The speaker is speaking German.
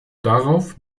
darauf